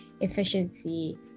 efficiency